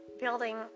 building